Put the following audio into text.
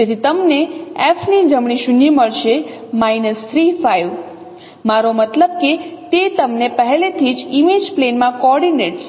તેથી તમને F ની જમણી શૂન્ય મળશે 3 5 મારો મતલબ કે તે તમને પહેલેથી જ ઇમેજ પ્લેન માં કોઓર્ડિનેટ્સ